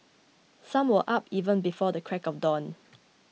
some were up even before the crack of dawn